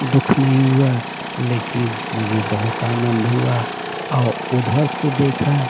दुख नहीं हुआ लेकिन मुझे बहुत आनंद हुआ और उधर से देखा